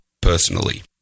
personally